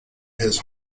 his